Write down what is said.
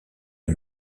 les